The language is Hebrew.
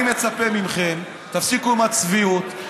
אני מצפה מכם: תפסיקו עם הצביעות,